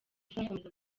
izakomeza